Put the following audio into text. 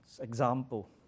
example